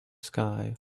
sky